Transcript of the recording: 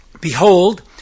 Behold